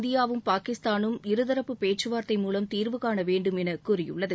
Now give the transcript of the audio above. இந்தியாவும் பாகிஸ்தானும் இருதரப்பு பேச்சுவார்த்தை மூலம் தீர்வு காண வேண்டும் என கூறியுள்ளது